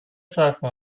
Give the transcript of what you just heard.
streifen